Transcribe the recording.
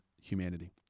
humanity